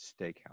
Steakhouse